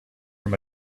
from